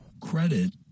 Credit